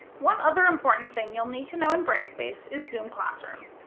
one other important thing you will need to know in brightspace is zoom classroom.